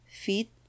feet